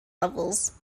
levels